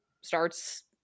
starts